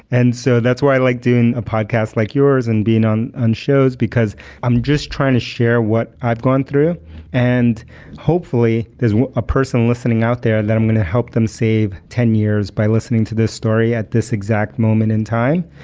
and so that's why like i doing a podcast like yours and being on on shows, because i'm just trying to share what i've gone through and hopefully, there's a person listening out there that i'm going to help them save ten years by listening to this story at this exact moment in time.